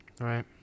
Right